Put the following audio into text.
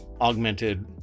augmented